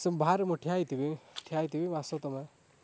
ସମ ବାହାରେ ମୁଁ ଠିଆ ହେଇଥିବି ଠିଆ ହେଇଥିବି ଆସ ତୁମେ